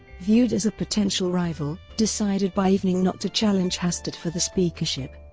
viewed as a potential rival, decided by evening not to challenge hastert for the speakership.